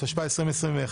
התשפ"א-2021,